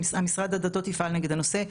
שמשרד הדתות יפעל נגד הנושא.